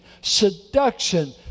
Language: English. seduction